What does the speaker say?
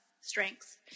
strengths